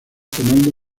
tomando